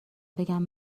بگم